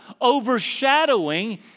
overshadowing